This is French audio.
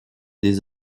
des